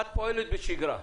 את פועלת בשגרה,